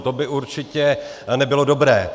To by určitě nebylo dobré.